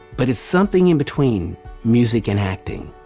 but, it's something in between music and acting.